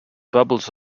bubbles